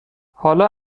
حالا